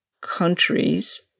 countries